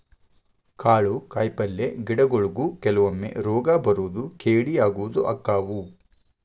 ಕಾಳು ಕಾಯಿಪಲ್ಲೆ ಗಿಡಗೊಳಿಗು ಕೆಲವೊಮ್ಮೆ ರೋಗಾ ಬರುದು ಕೇಡಿ ಆಗುದು ಅಕ್ಕಾವ